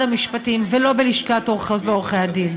המשפטים ולא בלשכת עורכות ועורכי הדין.